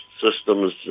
systems